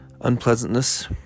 unpleasantness